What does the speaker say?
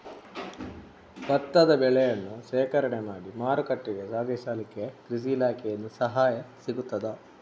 ಭತ್ತದ ಬೆಳೆಯನ್ನು ಶೇಖರಣೆ ಮಾಡಿ ಮಾರುಕಟ್ಟೆಗೆ ಸಾಗಿಸಲಿಕ್ಕೆ ಕೃಷಿ ಇಲಾಖೆಯಿಂದ ಸಹಾಯ ಸಿಗುತ್ತದಾ?